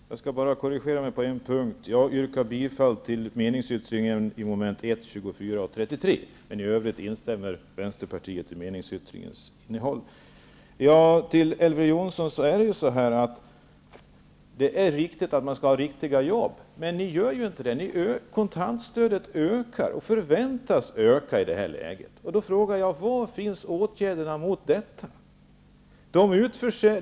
Fru talman! Jag skall bara korrigera mig på en punkt. Jag yrkar bifall till meningsyttringens mom. Till Elver Jonsson vill jag säga att det är viktigt att man skall ha riktiga jobb. Men kontantstödet ökar ju, och förväntas öka. Var finns åtgärderna mot detta?